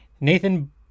Nathan